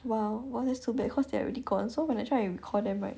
!wow! !wow! that's too bad cause they are already gone so when I try and recall them right